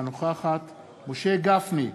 אינה נוכחת משה גפני,